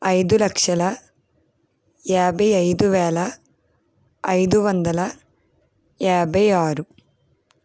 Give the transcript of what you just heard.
ఐదు లక్షల యాభై ఐదు వేల ఐదు వందల యాభై ఆరు